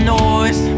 noise